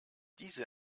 diese